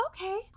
okay